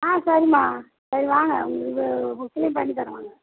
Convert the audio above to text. ஆ சரிம்மா சரி வாங்க உங்களுக்கு க்ளீன் பண்ணித்தரேன் வாங்க